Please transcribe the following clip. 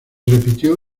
repitió